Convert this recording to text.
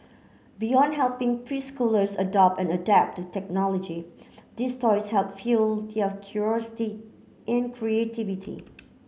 beyond helping preschoolers adopt and adapt to technology these toys help fuel their curiosity and creativity